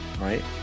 right